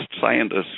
scientists